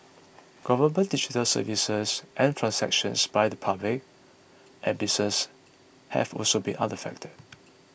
government digital services and transactions by the public and businesses have also been unaffected